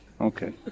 Okay